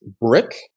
Brick